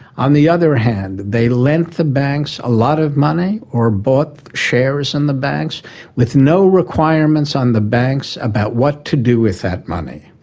on the other hand, they lent the banks a lot of money or bought shares in the banks with no requirements on the banks about what to do with that money.